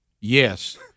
Yes